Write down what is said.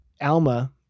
Alma